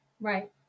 right